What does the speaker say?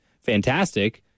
fantastic